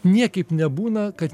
niekaip nebūna kad